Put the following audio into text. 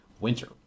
winter